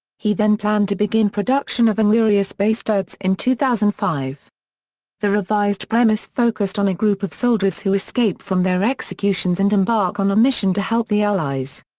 he then planned to begin production of inglourious basterds in two thousand and five the revised premise focused on a group of soldiers who escape from their executions and embark on a mission to help the allies.